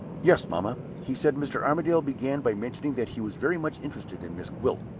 yes, mamma. he said mr. armadale began by mentioning that he was very much interested in miss gwilt,